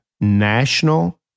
National